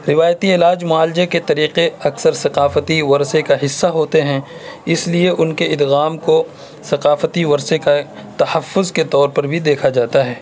روایتی علاج معالجے کے طریقے اکثر ثقافتی ورثے کا حصہ ہوتے ہیں اس لیے ان کے ادغام کو ثقافتی ورثے کا تحفظ کے طور پر بھی دیکھا جاتا ہے